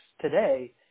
today